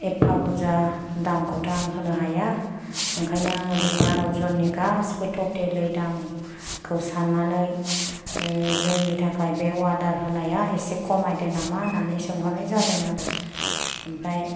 एफा बुर्जा दामखौ थ' आं होनो हाया ओंखायनो आङो बे बार' जननि गासिबो टटेलयै दाम खौ साननानै जोंनि थाखाय बे अर्डार होनाया एसे खमायदो नामा होननानै सोंहरनाय जादों आरो ओमफ्राय